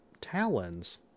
talons